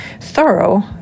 thorough